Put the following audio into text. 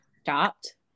stopped